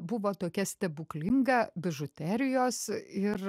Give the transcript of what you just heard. buvo tokia stebuklinga bižuterijos ir